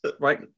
right